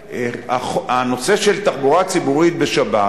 שהנושא של תחבורה ציבורית בשבת